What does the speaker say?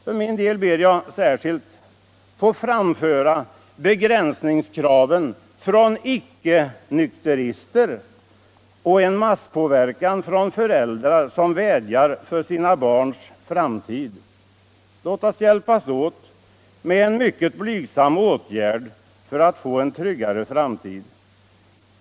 För min del ber jag särskilt att få framföra kraven från icke-nykterister om begränsning av mellanölsförsäljningen och en massvädjan från föräldrar som är oroliga för sina barns framtid. Låt oss hjälpas åt med en mycket blygsam åtgärd för att få en tryggare framtid.